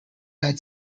had